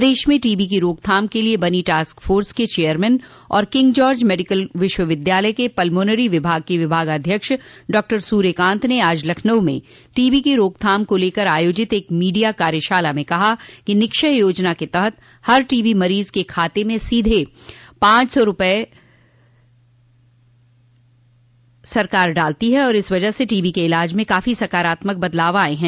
प्रदेश में टीबी की रोकथाम के लिये बनी टॉस्क फोर्स के चेयरमैन और किंगजार्ज मेडिकल विश्वविद्यालय के पलमोनरी विभाग के विभागाध्यक्ष डॉ सूर्यकांत ने आज लखनऊ में टीबी की रोकथाम को लेकर आयोजित एक मीडिया कार्यशाला में कहा कि निक्षय योजना के तहत हर टीबी मरीज के खाते में सीधे पांच सौ रूपये डालती है और इस वजह से टीबी के इलाज में काफी सकारात्मक बदलाव आये हैं